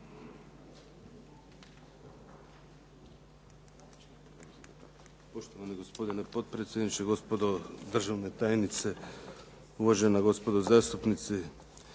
Poštovani gospodine potpredsjedniče, gospodo državne tajnice, uvažena gospodo zastupnici.